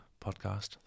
podcast